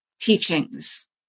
teachings